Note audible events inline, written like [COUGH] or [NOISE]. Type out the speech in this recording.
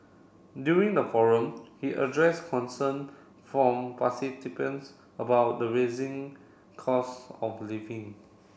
during the forum he address concern from [UNINTELLIGIBLE] about the raising cost of living